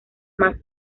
más